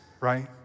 right